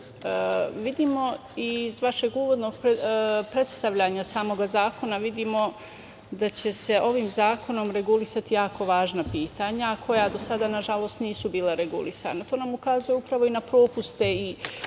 i iz vašeg uvodnog predstavljanja samog zakona da će se ovim zakonom regulisati jako važna pitanja koja do sada, nažalost, nisu bila regulisana. To nam ukazuje upravo i na propuste i